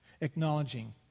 Acknowledging